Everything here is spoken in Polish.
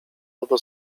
albo